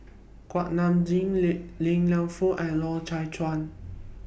Kuak Nam Jin Li Lienfung and Loy Chye Chuan